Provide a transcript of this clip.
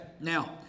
now